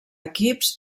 equips